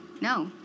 no